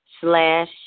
slash